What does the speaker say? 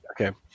Okay